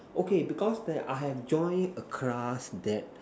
okay because there I have join a class that